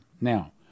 Now